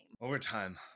Overtime